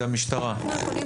זאת המשטרה.